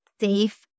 safe